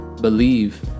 believe